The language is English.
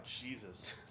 Jesus